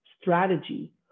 strategy